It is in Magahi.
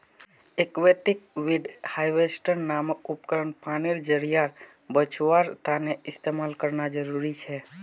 एक्वेटिक वीड हाएवेस्टर नामक उपकरण पानीर ज़रियार बचाओर तने इस्तेमाल करना ज़रूरी छे